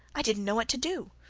i didn't know what to do,